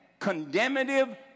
condemnative